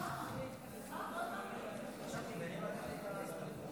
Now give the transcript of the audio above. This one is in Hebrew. גם אתה יכול להצביע.